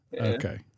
Okay